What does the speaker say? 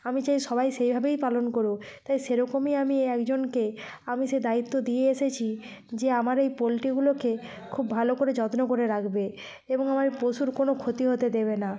আমি চাই সবাই সেভাবেই পালন করুক তাই সেরকমই আমি একজনকে আমি সে দায়িত্ব দিয়ে এসেছি যে আমার এই পোল্ট্রিগুলোকে খুব ভালো করে যত্ন করে রাকবে এবং আমার এই পশুর কোনোও ক্ষতি হতে দেবে না